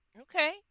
okay